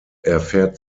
erfährt